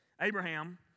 Abraham